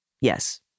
yes